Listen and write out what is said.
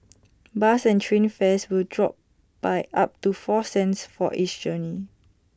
bus and train fares will drop by up to four cents for each journey